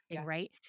right